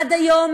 עד היום,